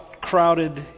crowded